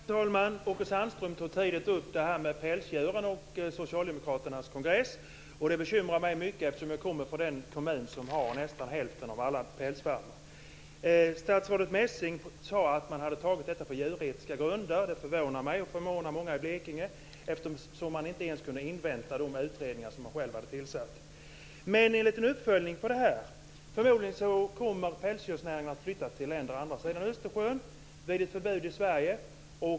Fru talman! Åke Sandström tog tidigare upp pälsdjuren och socialdemokraternas kongress. Ställningstagandet bekymrar mig mycket, eftersom jag kommer från den kommun som har nästan hälften av alla pälsfarmar. Statsrådet Messing sade att man hade fattat beslut på djuretiska grunder. Det förvånar mig och många i Blekinge, eftersom man inte ens kunde invänta de utredningar som man själv hade tillsatt. Förmodligen kommer pälsdjursnäringen att flytta till länder på andra sidan Östersjön vid ett förbud i Sverige.